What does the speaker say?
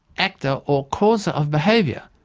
actor or causer of behaviour,